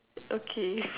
okay